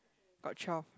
got twelve